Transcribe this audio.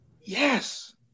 yes